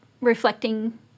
reflecting